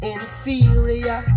Inferior